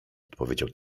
odpowiedział